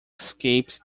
escaped